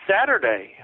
Saturday